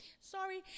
sorry